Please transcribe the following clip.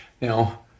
Now